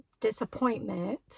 disappointment